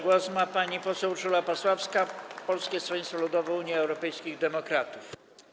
Głos ma pani poseł Urszula Pasławska, Polskie Stronnictwo Ludowe - Unia Europejskich Demokratów.